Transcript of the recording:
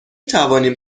توانیم